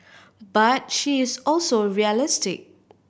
but she is also realistic